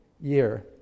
year